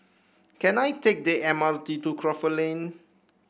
can I take the M R T to Crawford Lane